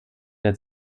der